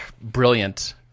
brilliant